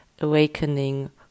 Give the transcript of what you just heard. awakening